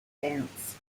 dance